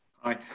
Hi